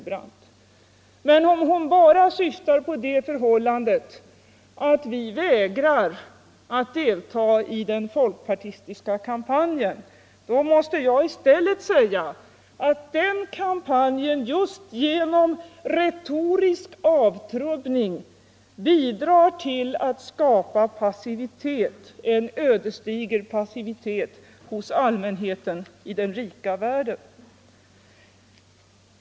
Men om hon syftar på det förhållandet att vi vägrar att delta i den folkpartistiska kampanjen, då måste jag i stället säga att den kampanjen just genom retorisk avtrubbning bidrar till att skapa en ödesdiger passivitet hos allmänheten i den rika världen.